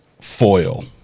foil